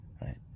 right